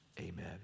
Amen